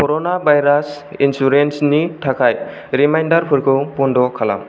करना virus इन्सुरेन्सनि थाखाय रिमाइन्डारफोरखौ बन्द' खालाम